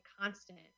constant